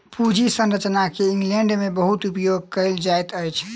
पूंजी संरचना के इंग्लैंड में बहुत उपयोग कएल जाइत अछि